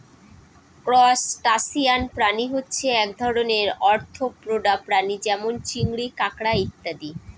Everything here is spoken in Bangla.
ত্রুসটাসিয়ান প্রাণী হচ্ছে এক ধরনের আর্থ্রোপোডা প্রাণী যেমন চিংড়ি, কাঁকড়া ইত্যাদি